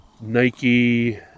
Nike